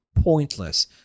pointless